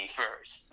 first